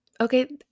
okay